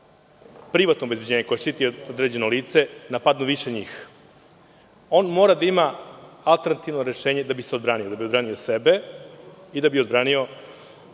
privatno obezbeđenje, koje štiti određeno lice, napadne više njih? On mora da ima alternativno rešenje da bi odbranio sebe i da bi odbranio